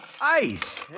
Ice